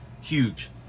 huge